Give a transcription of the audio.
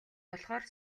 болохоор